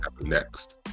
next